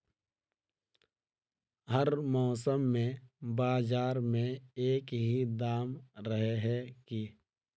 हर मौसम में बाजार में एक ही दाम रहे है की?